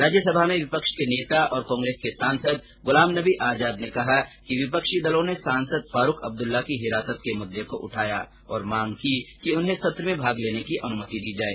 राज्यसभा में विपक्ष के नेता और कांग्रेस के सांसद गुलाम नबी आजाद ने कहा कि विपक्षी दलों ने सांसद फारूख अब्दुल्ला की हिरासत के मुई को उठाया और मांग की कि उन्हें सत्र में भाग लेने की अनुमति दी जाए